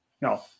No